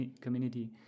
community